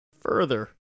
further